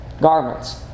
garments